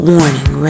Warning